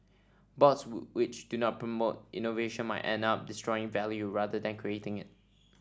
boards which do not promote innovation might end up destroying value rather than creating it